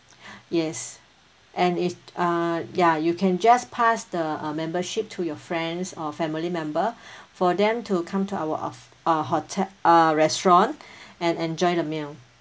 yes and it's uh ya you can just pass the uh membership to your friends or family member for them to come to our of~ uh hote~ uh restaurant and enjoy the meal